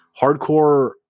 hardcore